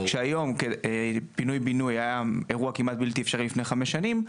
אם פינוי בינוי היה אירוע כמעט בלתי אפשרי לפני חמש שנים,